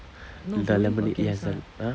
the lemonade yes !huh!